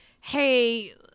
hey